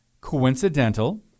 coincidental